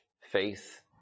faith